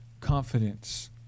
confidence